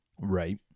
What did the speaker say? Right